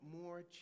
more